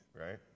right